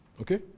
Okay